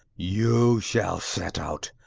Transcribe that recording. you shall set out,